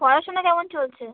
পড়াশোনা কেমন চলছে